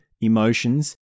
emotions